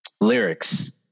lyrics